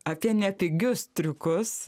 apie ne pigius triukus